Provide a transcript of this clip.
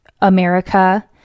America